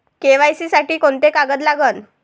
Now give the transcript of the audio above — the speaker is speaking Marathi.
के.वाय.सी साठी कोंते कागद लागन?